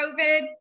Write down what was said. COVID